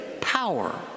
power